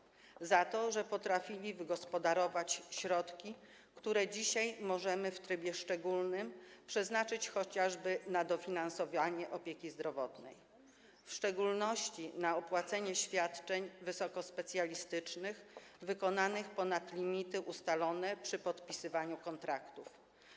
Są atakowani za to, że potrafili wygospodarować środki, które dzisiaj możemy w trybie szczególnym przeznaczyć chociażby na dofinansowanie opieki zdrowotnej, w szczególności na opłacenie wysokospecjalistycznych świadczeń wykonanych ponad limity ustalone przy podpisywaniu kontraktów.